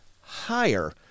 higher